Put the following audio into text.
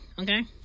Okay